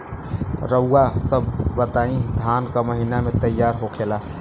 रउआ सभ बताई धान क महीना में तैयार होखेला?